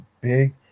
big